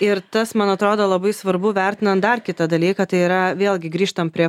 ir tas man atrodo labai svarbu vertinant dar kitą dalyką tai yra vėlgi grįžtam prie